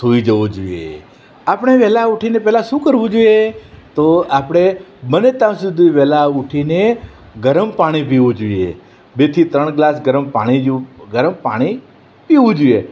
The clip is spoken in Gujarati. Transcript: સૂઈ જવું જોઈએ આપણે વહેલા ઉઠીને પહેલાં શું કરવું જોઈએ તો આપણે બને ત્યાં સુધી વહેલા ઉઠીને ગરમ પાણી પીવું જોઈએ બેથી ત્રણ ગ્લાસ ગરમ પાણી જું ગરમ પાણી પીવું જોઈએ